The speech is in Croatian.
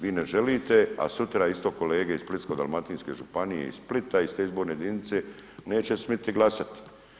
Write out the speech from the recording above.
Vi ne želite, a sutra isto kolege iz Splitsko-dalmatinske županije i Splita, iz te izborne jedinice, neće smjeti glasati.